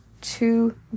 two